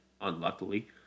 unluckily